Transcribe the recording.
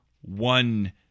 one